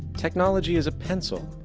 technology is a pencil,